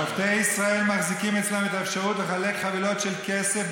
"שופטי ישראל מחזיקים אצלם את האפשרות לחלק חבילות של כסף,